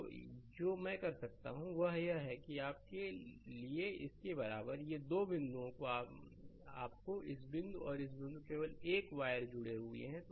तो जो मैं कर सकता हूं वह यह है कि यह आपके लिए इसके बराबर है ये दो बिंदु आपके इस बिंदु हैं और यह बिंदु केवल एक वायर से जुड़ा हुआ है